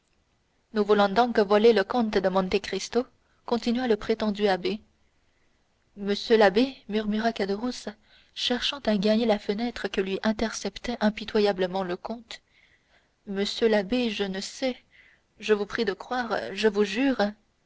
nous voulons donc voler le comte de monte cristo continua le prétendu abbé monsieur l'abbé murmura caderousse cherchant à gagner la fenêtre que lui interceptait impitoyablement le comte monsieur l'abbé je ne sais je vous prie de croire je vous jure